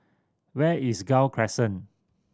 where is Gul Crescent